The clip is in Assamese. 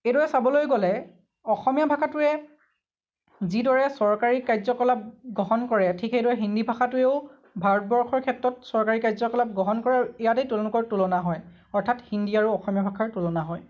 এইদৰে চাবলৈ গ'লে অসমীয়া ভাষাটোৱে যিদৰে চৰকাৰী কাৰ্য কলাপ গ্ৰহন কৰে ঠিক সেইদৰে হিন্দী ভাষাটোৱেও ভাৰতবৰ্ষৰ ক্ষেত্ৰত চৰকাৰী কাৰ্য কলাপ গ্ৰহন কৰে আৰু ইয়াতেই তেওঁলোকৰ তুলনা হয় অৰ্থাৎ হিন্দী আৰু অসমীয়া ভাষাৰ তুলনা হয়